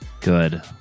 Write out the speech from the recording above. Good